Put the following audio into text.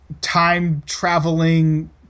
time-traveling